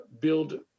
build